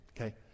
Okay